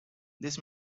this